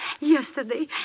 yesterday